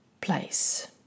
place